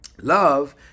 love